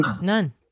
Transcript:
none